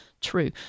true